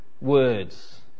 words